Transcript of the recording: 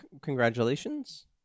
congratulations